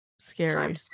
Scary